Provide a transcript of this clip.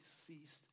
ceased